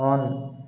on